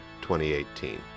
2018